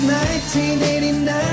1989